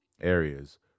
areas